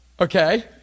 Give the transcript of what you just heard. okay